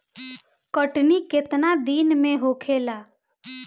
कटनी केतना दिन में होखेला?